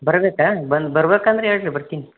ಬರಬೇಕಾ ಬಂದ್ ಬರಬೇಕೆಂದರೆ ಹೇಳಿರಿ ಬರ್ತೀನಿ